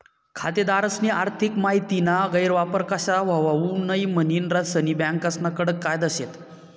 खातेदारस्नी आर्थिक माहितीना गैरवापर कशा व्हवावू नै म्हनीन सनी बँकास्ना कडक कायदा शेत